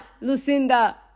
Lucinda